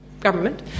government